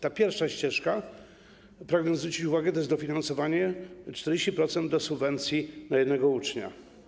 Ta pierwsza ścieżka, pragnę zwrócić uwagę, to jest dofinansowanie 40% do subwencji na jednego ucznia.